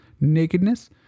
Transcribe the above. nakedness